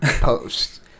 Post